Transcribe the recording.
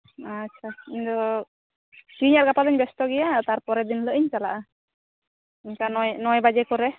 ᱟᱪᱷᱟ ᱤᱧ ᱫᱚ ᱴᱷᱤᱠ ᱜᱮᱭᱟ ᱜᱟᱯᱟ ᱫᱚᱧ ᱵᱮᱥᱛᱚ ᱜᱮᱭᱟ ᱛᱟᱨᱯᱚᱨᱮᱨ ᱫᱤᱱ ᱦᱤᱞᱳᱜ ᱤᱧ ᱪᱟᱞᱟᱜᱼᱟ ᱚᱱᱠᱟ ᱱᱚᱭ ᱱᱚᱭ ᱵᱟᱡᱮ ᱠᱚᱨᱮ